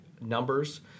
numbers